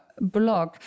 blog